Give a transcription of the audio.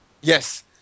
Yes